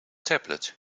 tablet